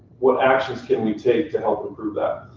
what actions can we take to help improve that.